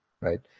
right